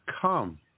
come